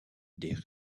des